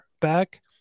back